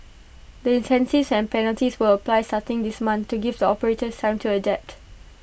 the incentives and penalties will apply starting this month to give the operators time to adapt